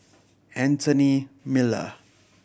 Anthony Miller